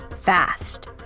fast